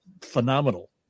phenomenal